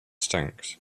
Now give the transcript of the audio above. stinks